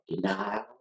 denial